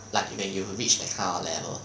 like when you reach that kind of level